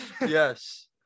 Yes